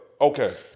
okay